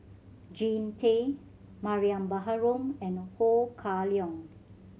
Jean Tay Mariam Baharom and Ho Kah Leong